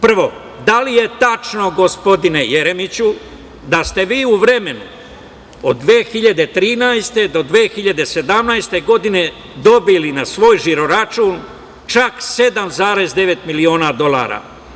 Prvo, da li je tačno gospodine Jeremiću da ste vi u vremenu od 2013. do 2017. godine dobili na svoj žiro račun čak 7,9 miliona dolara?